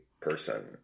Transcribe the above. person